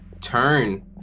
turn